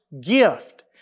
gift